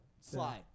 Slide